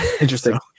Interesting